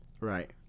Right